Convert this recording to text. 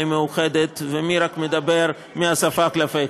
מאוחדת ומי רק מדבר מן השפה ולחוץ.